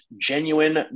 genuine